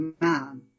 man